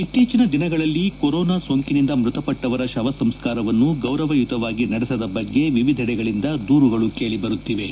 ಇತ್ತೀಚಿನ ದಿನಗಳಲ್ಲಿ ಕೊರೋನಾ ಸೋಂಕಿನಿಂದ ಮೃತಪಟ್ಟವರ ಶವ ಸಂಸ್ಕಾರವನ್ನು ಗೌರವಯುತವಾಗಿ ನಡೆಸದ ಬಗ್ಗೆ ವಿವಿಧೆಡೆಗಳಿಂದ ದೂರುಗಳು ಕೇಳಿ ಬರುತ್ತಿವೆ